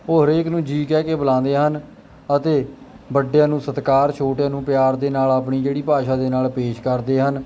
ਉਹ ਹਰੇਕ ਨੂੰ ਜੀ ਕਹਿ ਕੇ ਬੁਲਾਉਂਦੇ ਹਨ ਅਤੇ ਵੱਡਿਆਂ ਨੂੰ ਸਤਿਕਾਰ ਛੋਟਿਆਂ ਨੂੰ ਪਿਆਰ ਦੇ ਨਾਲ ਆਪਣੀ ਜਿਹੜੀ ਭਾਸ਼ਾ ਦੇ ਨਾਲ ਪੇਸ਼ ਕਰਦੇ ਹਨ